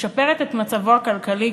משפרת את מצבו הכלכלי,